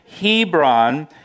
Hebron